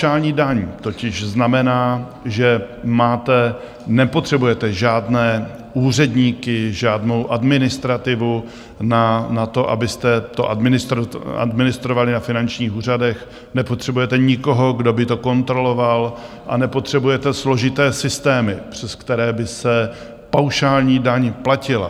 Paušální daň totiž znamená, že nepotřebujete žádné úředníky, žádnou administrativu na to, abyste to administrovali na finančních úřadech, nepotřebujete nikoho, kdo by to kontroloval, a nepotřebujete složité systémy, přes které by se paušální daň platila.